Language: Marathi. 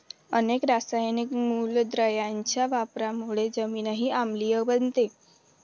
अनेक रासायनिक मूलद्रव्यांच्या वापरामुळे जमीनही आम्लीय बनते